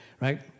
right